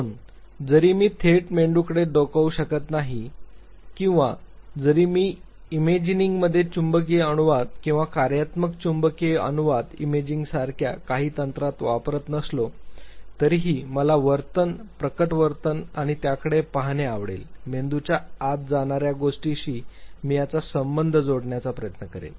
दोन जरी मी थेट मेंदूकडे डोकावू शकत नाही किंवा जरी मी इमेजिंगमध्ये चुंबकीय अनुनाद किंवा कार्यात्मक चुंबकीय अनुनाद इमेजिंगसारख्या काही तंत्रात वापरत नसलो तरीही मला वर्तन प्रकट वर्तन आणि त्याकडे पाहणे आवडेल मेंदूच्या आत जाणाऱ्या गोष्टीशी मी याचा संबंध जोडण्याचा प्रयत्न करेन